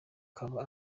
kaba